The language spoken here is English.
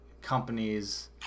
companies